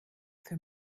für